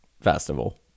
festival